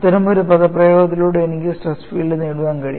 അത്തരമൊരു പദ പ്രയോഗത്തിലൂടെ എനിക്ക് സ്ട്രെസ് ഫീൽഡ് നേടാൻ കഴിയും